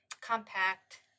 compact